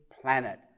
planet